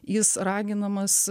jis raginamas